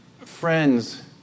friends